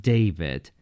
David